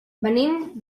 venim